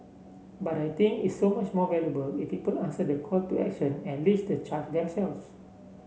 but I think it's so much more valuable if people answer the call to action and lead the charge themselves